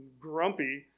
grumpy